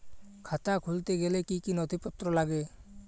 খাতা খুলতে গেলে কি কি নথিপত্র লাগে?